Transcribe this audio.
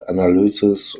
analysis